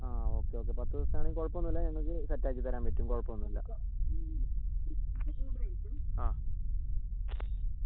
ആ okay okay പത്ത് ദിവസത്തെയാണെങ്കിലും കുഴപ്പമൊന്നുമില്ല ഞങ്ങൾക്ക് സെറ്റ് ആക്കിത്തരാൻ പറ്റും കുഴപ്പമൊന്നുമില്ല ആ